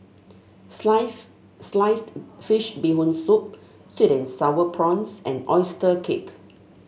Sliced Fish Bee Hoon Soup sweet and sour prawns and oyster cake